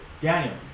Daniel